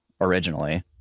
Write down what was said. originally